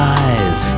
eyes